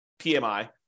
PMI